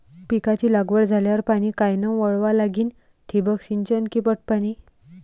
पिकाची लागवड झाल्यावर पाणी कायनं वळवा लागीन? ठिबक सिंचन की पट पाणी?